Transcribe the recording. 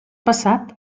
passat